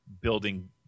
building